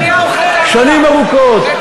שנים ארוכות,